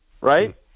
right